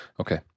Okay